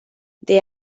they